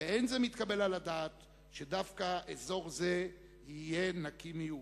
ולא מתקבל על הדעת שדווקא אזור זה יהיה "נקי" מיהודים.